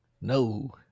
no